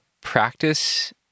practice